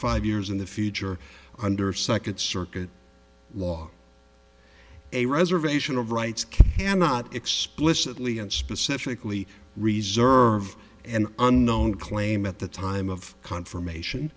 five years in the future under second circuit law a reservation of rights cannot explicitly and specifically reserve an unknown claim at the time of confirmation